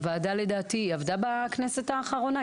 הוועדה לדעתי עבדה בכנסת האחרונה?